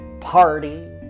party